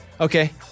Okay